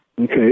Okay